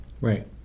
Right